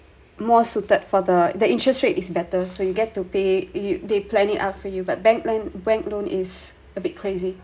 more suited for the the interest rate is better so you get to pay you they plan it out for you but bank loan bank loan is a bit crazy